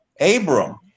Abram